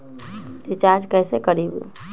Recharge कैसे करीब?